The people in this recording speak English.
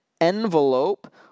envelope